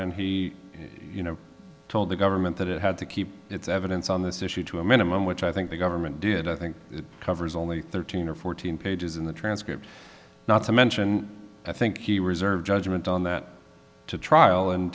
he told the government that it had to keep its evidence on this issue to a minimum which i think the government did i think it covers only thirteen or fourteen pages in the transcript not to mention i think you reserve judgment on that to trial and